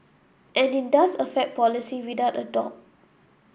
and in does affect policy without a